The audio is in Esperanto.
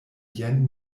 jen